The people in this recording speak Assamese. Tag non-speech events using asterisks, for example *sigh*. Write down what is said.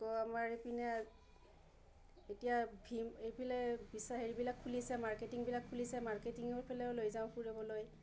আমাৰ এইপিনে *unintelligible* এতিয়া এইফালে *unintelligible* হেৰিবিলাক খুলিছে মাৰ্কেটিংবিলাক খুলিছে মাৰ্কেটিঙৰফালেও লৈ যাওঁ ফুৰাবলৈ